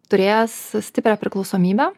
turėjęs stiprią priklausomybę